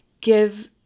Give